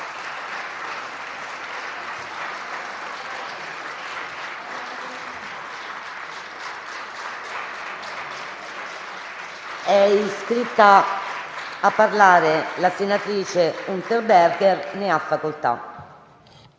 È iscritta a parlare la senatrice Unterberger. Ne ha facoltà.